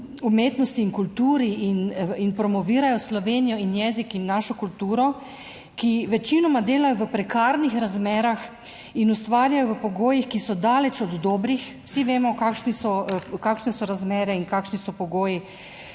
umetnosti in kulturi in promovirajo Slovenijo in jezik in našo kulturo, ki večinoma delajo v prekarnih razmerah in ustvarjajo v pogojih, ki so daleč od dobrih, vsi vemo, kakšni so, kakšne so razmere in kakšni so pogoji,